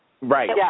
Right